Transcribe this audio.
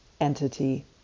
entity